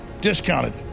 discounted